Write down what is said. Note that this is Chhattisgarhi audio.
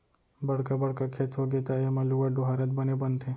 बड़का बड़का खेत होगे त एमा लुवत, डोहारत बने बनथे